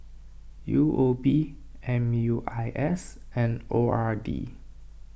U O B M U I S and O R D